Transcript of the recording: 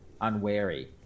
unwary